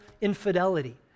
infidelity